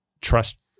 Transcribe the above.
trust